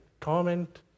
torment